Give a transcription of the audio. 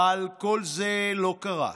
אבל כל זה לא קרה.